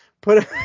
put